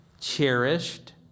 cherished